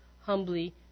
humbly